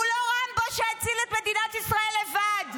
הוא לא רמבו שהציל את מדינת ישראל לבד.